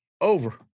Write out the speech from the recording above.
over